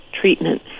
treatment